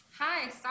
Hi